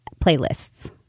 playlists